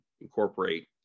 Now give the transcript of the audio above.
incorporate